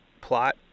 plot